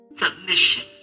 Submission